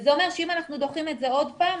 וזה אומר שאם אנחנו דוחים את זה עוד פעם,